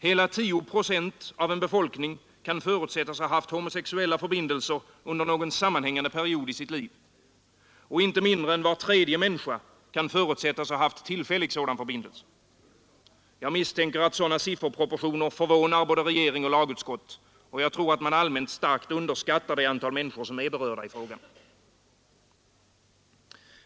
Hela 10 procent av en befolkning kan förutsättas ha haft homosexuella förbindelser under någon sammanhängande period i sitt liv. Och inte mindre än var tredje människa kan förutsättas ha haft tillfällig sådan förbindelse. Jag misstänker att sådana sifferproportioner förvånar både regering och lagutskott, och jag tror att man allmänt starkt underskattar det antal människor som berörs av frågan.